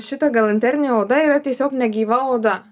šita galanterinė oda yra tiesiog negyva oda